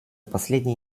последние